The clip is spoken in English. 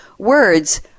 Words